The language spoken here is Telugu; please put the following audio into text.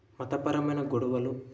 మతపరమైన గొడవలు